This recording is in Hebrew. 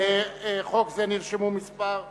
לחוק זה נרשמו מספר חברים.